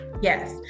yes